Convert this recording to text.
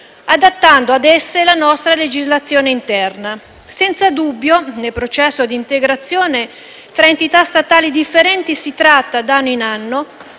adattando ad esse la nostra legislazione interna. Senza dubbio, nel processo di integrazione tra entità statali differenti, si tratta, di anno in anno,